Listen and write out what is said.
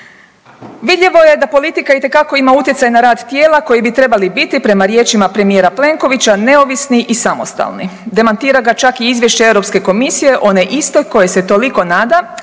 Vidljivo je da politika itekako ima utjecaj na rad tijela koji bi trebali biti prema riječima premijera Plenkovića neovisni i samostalni. Demantira ga čak i izvješće Europske komisije, one isti kojoj se toliko nada,